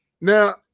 Now